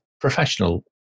professional